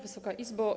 Wysoka Izbo!